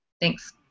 Thanks